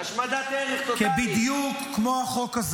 כי בדיוק כמו החוק,